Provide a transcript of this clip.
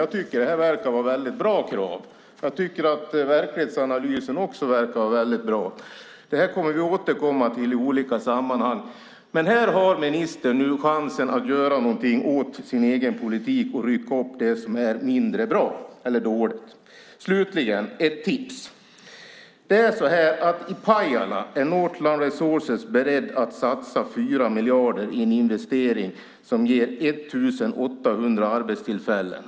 Jag tycker att det verkar vara bra krav. Verklighetsanalysen verkar också bra. Det här kommer vi att återkomma till i olika sammanhang. Men här har ministern nu chansen att göra något åt sin egen politik och rycka upp det som är mindre bra eller dåligt. I Pajala är Northland Resources beredda att satsa 4 miljarder i en investering som ger 1 800 arbetstillfällen.